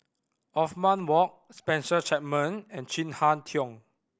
Othman Wok Spencer Chapman and Chin Harn Tong